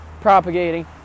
propagating